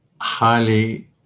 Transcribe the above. highly